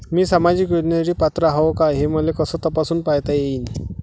मी सामाजिक योजनेसाठी पात्र आहो का, हे मले कस तपासून पायता येईन?